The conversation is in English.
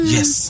Yes